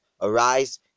Arise